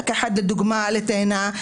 רק אחד כעלה תאנה,